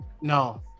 No